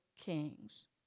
Kings